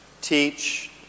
teach